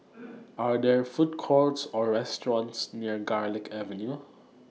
Are There Food Courts Or restaurants near Garlick Avenue